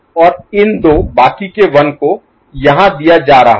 और इन दो बाकि के 1 को यहाँ दिया जा रहा है